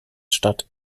statt